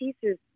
pieces